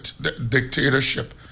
dictatorship